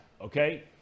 Okay